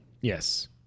yes